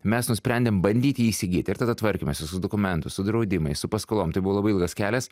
mes nusprendėm bandyti ji įsigyt ir tada tvarkymasis su dokumentų su draudimais su paskolom tai buvo labai ilgas kelias